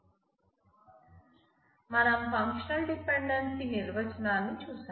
మనం functional dependency నిర్వచనాన్ని చూసాం